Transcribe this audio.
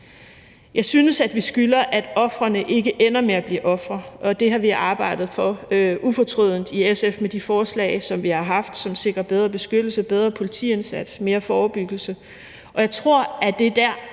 Jeg synes, at vi skylder, at ofrene ikke ender med at blive ofre, og det har vi arbejdet for ufortrødent i SF med de forslag, som vi har haft, som sikrer bedre beskyttelse, bedre politiindsats, mere forebyggelse, og jeg tror, at det er der,